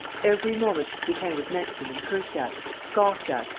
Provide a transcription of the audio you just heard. every moment, lupin was mentioned and cursed at, scoffed at,